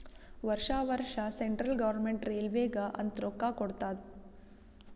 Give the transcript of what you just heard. ವರ್ಷಾ ವರ್ಷಾ central government ರೈಲ್ವೇಗ ಅಂತ್ ರೊಕ್ಕಾ ಕೊಡ್ತಾದ್